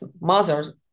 mother